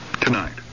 Tonight